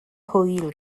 hwyl